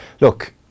look